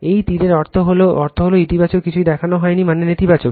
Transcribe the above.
এই তীরটির অর্থ হল ইতিবাচক কিছুই দেখানো হয়নি মানে নেতিবাচক